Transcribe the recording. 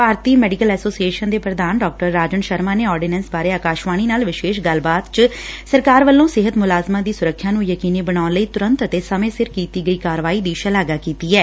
ਭਾਰਤੀ ਚਿਕਿਤਸਾ ਐਸੋਸੀਏਸ਼ਨ ਦੇ ਪ੍ਰਧਾਨ ਡਾ ਰਾਜਨ ਸ਼ਰਮਾ ਨੇ ਆਰਡੀਨੈ ਸ ਬਾਰੇ ਆਕਾਸ਼ਵਾਣੀ ਨਾਲ ਵਿਸ਼ੇਸ਼ ਗੱਲਬਾਤ ਚ ਸਰਕਾਰ ਵੱਲੋ ਸਿਹਤ ਮੁਲਾਜ਼ਮਾਂ ਦੀ ਸੁਰੱਖਿਆ ਨੂੰ ਯਕੀਨੀ ਬਣਾਉਣ ਲਈ ਤੁਰੰਤ ਅਤੇ ਸਮੇਂ ਸਿਰ ਕੀਤੀ ਗਈ ਕਾਰਵਾਈ ਦੀ ਸ਼ਲਾਘਾ ਕੀਤੀ ਐ